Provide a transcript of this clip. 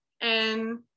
and-